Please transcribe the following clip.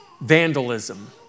Vandalism